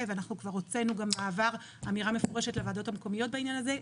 ואנחנו כבר הוצאנו גם בעבר אמירה מפורשת לוועדות המקומיות בענין הזה,